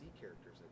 characters